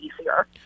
easier